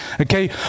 Okay